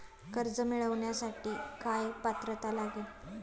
कर्ज मिळवण्यासाठी काय पात्रता लागेल?